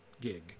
gig